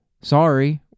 Sorry